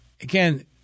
again